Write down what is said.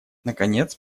наконец